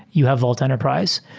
you have vault enterprise.